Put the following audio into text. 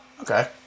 Okay